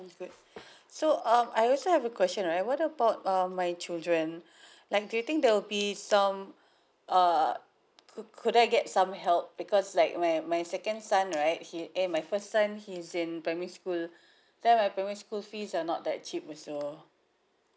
good so um I also have a question right what about uh my children like do you think there'll be some err could could I get some help because like my my second son right he eh my first son he is in primary school then my primary school fees are not that cheap also